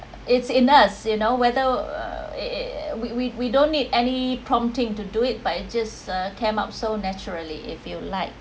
it's illness you know whether err we we we don't need any prompting to do it by just uh came up so naturally if you're like